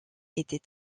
était